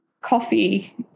coffee